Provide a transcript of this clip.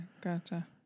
gotcha